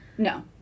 No